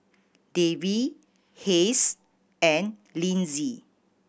Davy Hays and Linzy